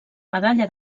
medalla